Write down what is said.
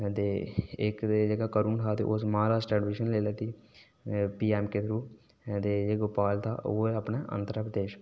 ते इक ते जेह्का वरुण हा उस महाराष्ट्रा ऐडमिशन लेई लैती पीएमके थ्रू ते जेह्का गोपाल हा ओह् हा अपने आंध्र प्रदेश